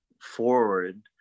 forward